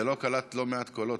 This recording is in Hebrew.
זה לא קלט לא מעט קולות,